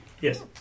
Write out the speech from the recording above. yes